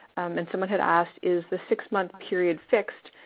and someone had asked, is the six-month period fixed?